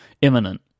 imminent